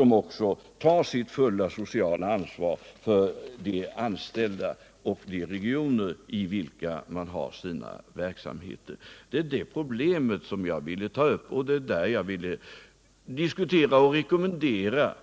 De måste också ta sitt fulla sociala ansvar för de anställda och de regioner i vilka de har sina verksamheter. Det är det problemet jag ville ta upp, och jag ville diskutera och rekommendera